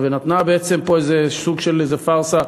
נתנה פה בעצם סוג של איזו פארסה,